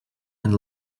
and